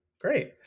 Great